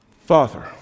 Father